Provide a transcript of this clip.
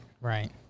Right